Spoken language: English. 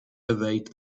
evade